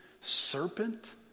serpent